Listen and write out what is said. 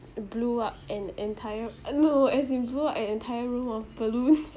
blew up an entire uh no as in blew up an entire room of balloons